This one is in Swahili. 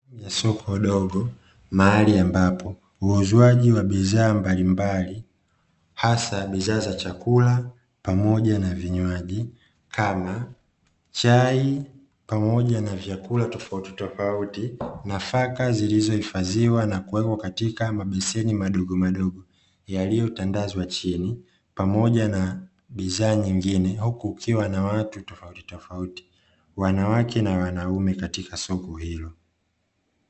Ni soko dogo mahali ambapo uuzwaji wa bidhaa mbalimbali hasa bidhaa za chakula, pamoja na vinywaji kama chai pamoja na vyakula tofautitofauti, nafaka zilizohifadhiwa na kuwekwa katika mabeseni madogo madogo yaliyotandazwa chini, pamoja na bidhaa nyingine huku kukiwa na watu tofautitofauti wanawake na wanaume katika soko hilo.